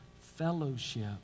fellowship